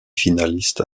finaliste